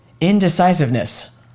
indecisiveness